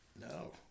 No